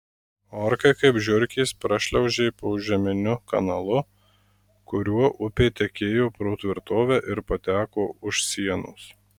orkai kaip žiurkės prašliaužė požeminiu kanalu kuriuo upė tekėjo pro tvirtovę ir pateko už sienos